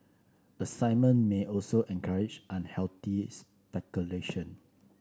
assignment may also encourage unhealthy speculation